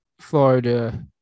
florida